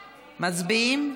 מצביעים?